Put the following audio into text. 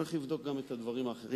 צריך לבדוק גם את הדברים האחרים,